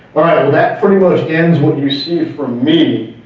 um that pretty much ends what you see from me.